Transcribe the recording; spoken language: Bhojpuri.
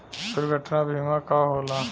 दुर्घटना बीमा का होला?